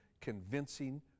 convincing